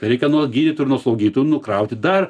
reikia nuo gydytojų ir nuo slaugytojų nukrauti dar